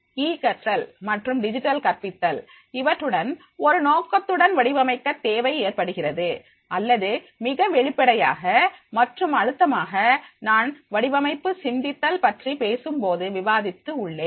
ஈ கற்றல் மற்றும் டிஜிட்டல் கற்பித்தல் இவற்றுடன் ஒரு நோக்கத்துடன் வடிவமைக்க தேவை ஏற்படுகிறது அல்லது மிக வெளிப்படையாக மற்றும் அழுத்தமாக நான் வடிவமைப்பு சிந்தித்தல் பற்றி பேசும் போது விவாதித்து உள்ளேன்